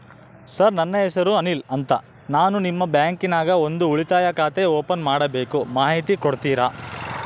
Sir ನನ್ನ ಹೆಸರು ಅನಿಲ್ ಅಂತ ನಾನು ನಿಮ್ಮ ಬ್ಯಾಂಕಿನ್ಯಾಗ ಒಂದು ಉಳಿತಾಯ ಖಾತೆ ಓಪನ್ ಮಾಡಬೇಕು ಮಾಹಿತಿ ಕೊಡ್ತೇರಾ?